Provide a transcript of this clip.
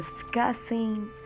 discussing